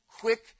quick